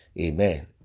Amen